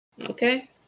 Okay